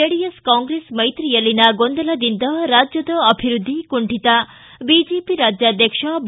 JDS Congress ಮೈತ್ರಿಯಲ್ಲಿನ ಗೊಂದಲದಿಂದ ರಾಜ್ದದ ಅಭಿವೃದ್ಧಿ ಕುಂಠಿತ ಬಿಜೆಪಿ ರಾಜ್ಯಾಧ್ಯಕ್ಷ ಬಿ